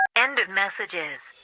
end of messages